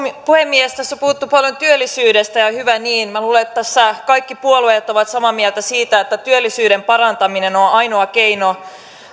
puhemies tässä on puhuttu paljon työllisyydestä ja hyvä niin minä luulen että tässä kaikki puolueet ovat samaa mieltä siitä että työllisyyden parantaminen on on ainoa keino